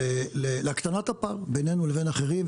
להקטנת הפער בינינו לבין אחרים,